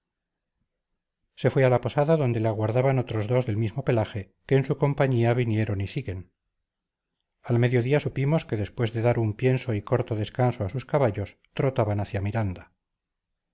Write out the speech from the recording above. se fue a la posada donde le aguardaban otros dos del mismo pelaje que en su compañía vinieron y siguen al mediodía supimos que después de dar un pienso y corto descanso a sus caballos trotaban hacia miranda